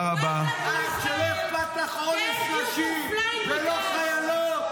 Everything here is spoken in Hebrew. שלא אכפת לך מאונס נשים -- Welcome to Israel.